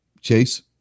chase